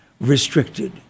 restricted